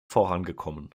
vorangekommen